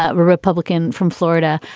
ah ah republican from florida,